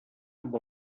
amb